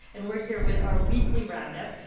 and we're here with our weekly roundup.